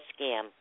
scam